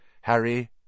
Harry